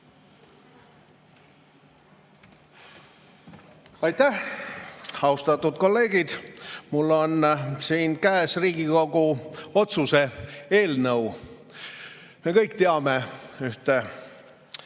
Aitäh! Austatud kolleegid! Mul on siin käes Riigikogu otsuse eelnõu. Me kõik teame ühte